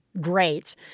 great